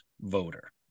voter